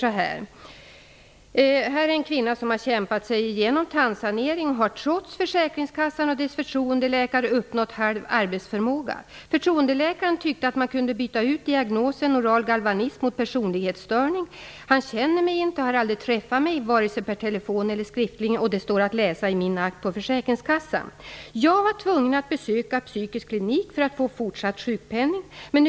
Det gäller en kvinna som har kämpat sig igenom tandsanering. Hon har trots försäkringskassan och dess förtroendeläkare uppnått halv arbetsförmåga. Det står så här: Förtroendeläkaren tyckte att man kunde byta ut diagnosen "oral galvanism" mot "personlighetsstörning". Han känner mig inte och har aldrig träffat mig, vare sig per telefon eller skriftligen. Det står att läsa i min akt på försäkringskassan. Jag var tvungen att besöka psykisk klinik för att få fortsätt sjukpenning.